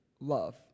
love